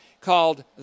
called